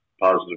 positive